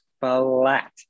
flat